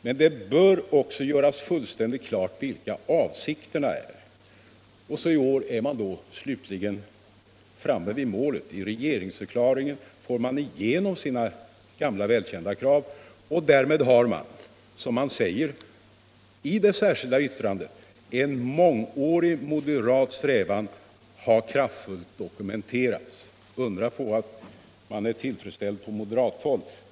Men det bör också göras fullständigt klart vilka avsikterna är. I år är man slutligen framme vid målet: I regeringsförklaringen får man igenom sina gamla välkända krav. Därmed har, som man säger i det särskilda yttrandet, ”det berättigade i en mångårig moderat strävan kraftfullt dokumenterats”. Undra på att man är tillfredsställd på moderathåll!